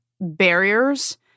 barriers